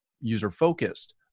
user-focused